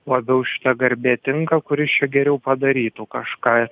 labiau šita garbė tinka kuris čia geriau padarytų kažką